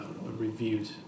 reviewed